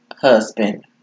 husband